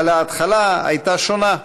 אבל ההתחלה הייתה שונה.